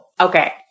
Okay